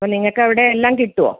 അപ്പം നിങ്ങൾക്കവിടെ എല്ലാം കിട്ടുമോ